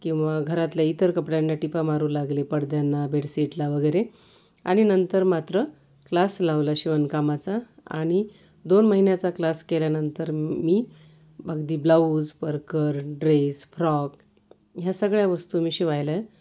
किंवा घरातल्या इतर कपड्यांना टिपा मारू लागले पडद्यांना बेडसिटला वगैरे आणि नंतर मात्र क्लास लावला शिवणकामाचा आणि दोन महिन्याचा क्लास केल्यानंतर मी अगदी ब्लाऊज परकर ड्रेस फ्रॉक ह्या सगळ्या वस्तू मी शिवायला